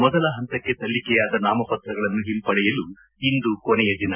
ಮೊದಲ ಹಂತಕ್ಕೆ ಸಲ್ಲಿಕೆಯಾದ ನಾಮಪತ್ರಗಳನ್ನು ಹಿಂಪಡೆಯಲು ಇಂದು ಕೊನೆಯ ದಿನ